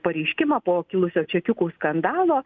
pareiškimą po kilusio čekiukų skandalo